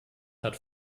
hat